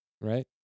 right